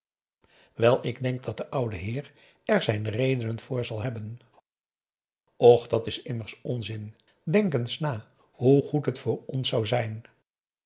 wel ik denk dat de oude heer er zijn redenen voor zal hebben och dat is immers onzin denk eens na hoe goed het voor ons zou zijn